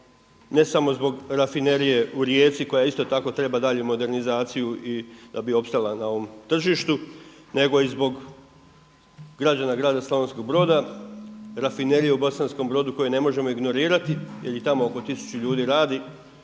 ne samo zbog Rafinerije u Rijeci koja isto tako treba dalje modernizaciju i da bi opstala na ovom tržištu nego i zbog građana grada Slavonskog Broda, Rafinerije u Bosanskom Brodu koji ne možemo ignorirati jer i tamo oko 1000 ljudi radi.